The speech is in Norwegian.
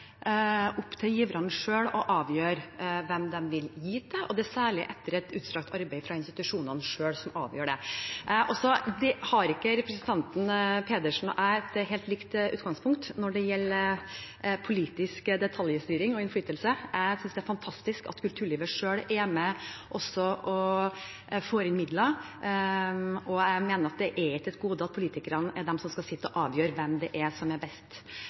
særlig etter et utstrakt arbeid fra institusjonene selv. Så har ikke representanten Pedersen og jeg et helt likt utgangspunkt når det gjelder politisk detaljstyring og innflytelse. Jeg synes at det er fantastisk at kulturlivet selv er med og får inn midler, og jeg mener at det er ikke et gode at politikerne er de som skal sitte og avgjøre hvem det er som er best